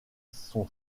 son